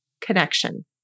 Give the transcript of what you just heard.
connection